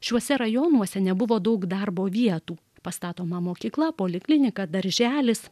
šiuose rajonuose nebuvo daug darbo vietų pastatoma mokykla poliklinika darželis